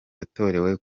yatorewe